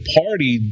party